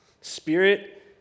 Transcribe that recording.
spirit